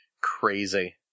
Crazy